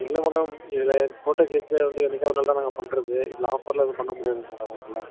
இல்லை மேடம் இதில் ஃபோட்டோ கேக்கில் வந்து என்னைக்கா ஒரு நாள் தான் நாங்கள் பண்ணுறது இதில் ஆஃபர் எல்லாம் எதுவும் பண்ண முடியாதுங்க மேடம் இதில்